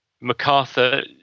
macarthur